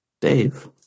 Dave